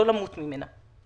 לא למות ממנה.